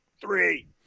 three